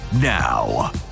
now